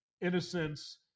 innocence